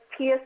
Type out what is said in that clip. PS